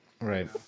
right